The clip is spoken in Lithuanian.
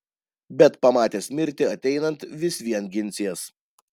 bet pamatęs mirtį ateinant vis vien ginsies